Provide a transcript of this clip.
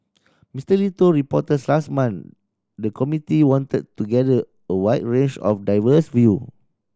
Mister Lee told reporters last month the committee wanted to gather a wide range of diverse view